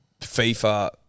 FIFA